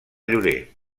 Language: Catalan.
llorer